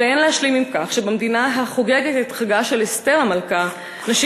ואין להשלים עם כך שבמדינה החוגגת את חגה של אסתר המלכה נשים